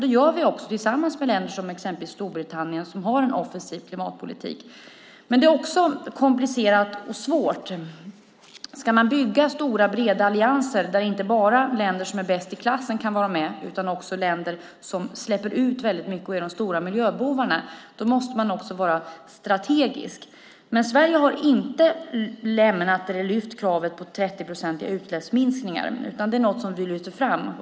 Det gör vi tillsammans med länder som exempelvis Storbritannien som har en offensiv klimatpolitik. Det är komplicerat och svårt. Ska man bygga stora breda allianser, där inte bara länder som är bäst i klassen kan vara med utan också länder som släpper ut mycket och är de stora miljöbovarna, måste man vara strategisk. Sverige har inte lämnat kravet på 30-procentiga utsläppsminskningar. Det är något som vi lyfter fram.